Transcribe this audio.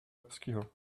obscure